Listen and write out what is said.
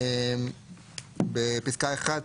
בפסקה (1)